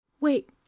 wait